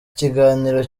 ikiganiro